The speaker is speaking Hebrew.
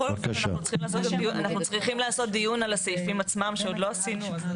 בכל אופן אנחנו צריכים לעשות דיון על הסעיפים עצמם שלא עשינו.